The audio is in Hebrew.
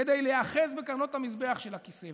כדי להיאחז בקרנות המזבח של הכיסא.